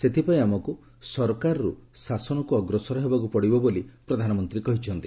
ସେଥିପାଇଁ ଆମକୁ 'ସରକାର'ରୁ 'ଶାସନ'କୁ ଅଗ୍ରସର ହେବାକୁ ପଡିବ ବୋଲି ପ୍ରଧାନମନ୍ତ୍ରୀ କହିଛନ୍ତି